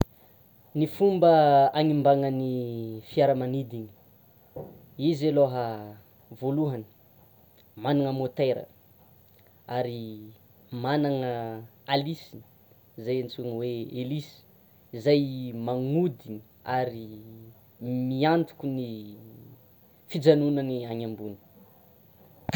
Ny fomba hagnimbanan'ny fiaramanidina, izy aloha voalohany manana moteura, manana aliciny izay antsoina elice izay magnodina ary miantoka ny fijanonany any ambony.